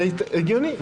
זה הגיוני,